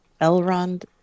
Elrond